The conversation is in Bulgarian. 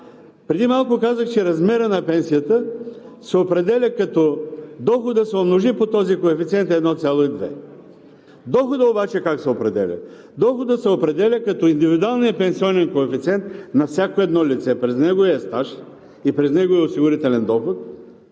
Преди малко казах, че размерът на пенсията се определя, като доходът се умножи по този коефициент 1,2. Доходът обаче как се определя? Доходът се определя, като индивидуалният пенсионен коефициент на всяко едно лице през неговия стаж и през неговия осигурителен доход